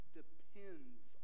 depends